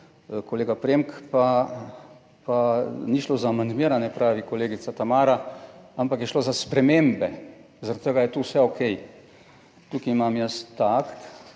kolega Premk, pa ni šlo za amandmiranje, pravi kolegica Tamara, ampak je šlo za spremembe. Zaradi tega je to vse okej. Tukaj imam jaz ta akt.